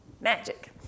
Magic